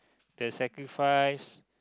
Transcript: the sacrifice